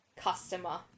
customer